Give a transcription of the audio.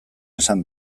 esan